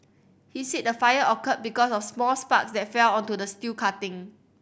he said the fire occurred because of small sparks that fell onto the steel cutting